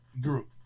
group